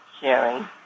sharing